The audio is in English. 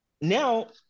now